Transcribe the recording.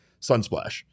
Sunsplash